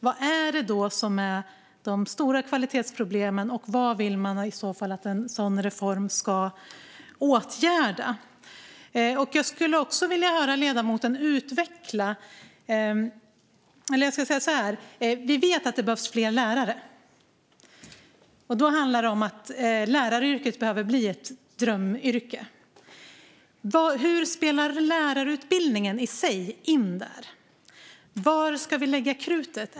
Vad är de stora kvalitetsproblemen? Vad vill man i så fall att en sådan reform ska åtgärda? Vi vet att det behövs fler lärare. Då handlar det om att läraryrket behöver bli ett drömyrke. Hur spelar lärarutbildningen i sig in där? Var ska vi lägga krutet?